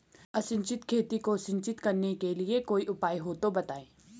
असिंचित खेती को सिंचित करने के लिए कोई उपाय हो तो बताएं?